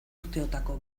urteotako